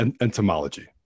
entomology